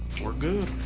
we're good.